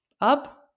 Up